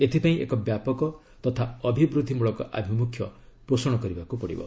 ଏଥିପାଇଁ ଏକ ବ୍ୟାପକ ତଥା ଅଭିବୃଦ୍ଧି ମୂଳକ ଆଭିମୁଖ୍ୟ ପୋଷଣ କରିବାକୁ ପଡିବ